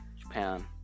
Japan